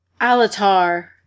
Alatar